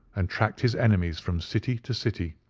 and tracked his enemies from city to city,